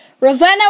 Ravenna